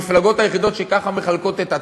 המפלגות היחידות שככה מחלקות את עצמן.